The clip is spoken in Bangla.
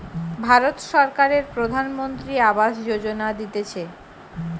ভারত সরকারের প্রধানমন্ত্রী আবাস যোজনা দিতেছে